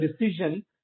decision